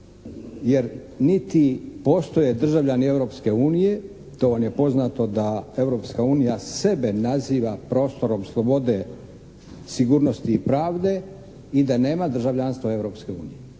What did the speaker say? Jer niti postoje državljani Europske unije, to vam je poznato da Europska unija sebe naziva prostorom slobode, sigurnosti i pravde i da nema državljanstva Europske unije